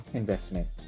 investment